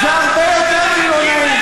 זה הרבה יותר מלא נעים.